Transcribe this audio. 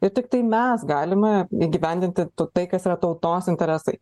ir tiktai mes galime įgyvendinti tai kas yra tautos interesai